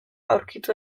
aurkitu